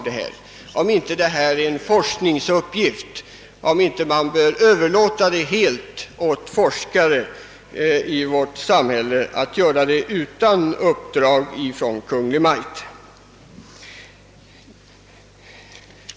Det kanske är en uppgift som bör överlåtas helt åt forskare utan uppdrag av Kungl. Maj:t.